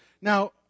Now